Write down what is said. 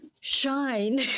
shine